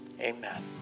Amen